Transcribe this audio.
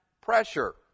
pressure